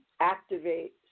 activate